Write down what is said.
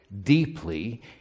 deeply